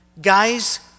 Guys